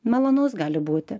malonus gali būti